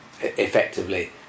effectively